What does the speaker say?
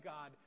God